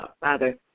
Father